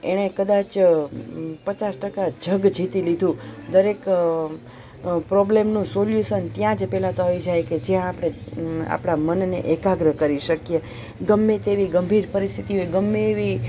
એણે કદાચ પચાસ ટકા જગ જીતી લીધું દરેક પ્રોબ્લેમનું સોલ્યુશન ત્યાં જ પહેલાં તો આવી જાય કે જ્યાં આપણે આપણા મનને એકાગ્ર કરી શકીએ ગમે તેવી ગંભીર પરિસ્થિતિ હોય ગમે એવી